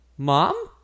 mom